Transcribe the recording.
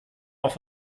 auch